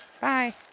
Bye